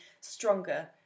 stronger